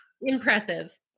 impressive